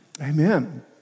Amen